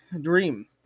dream